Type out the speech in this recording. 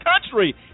country